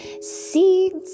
Seeds